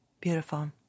Beautiful